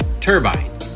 Turbine